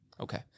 Okay